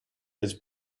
his